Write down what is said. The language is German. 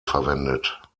verwendet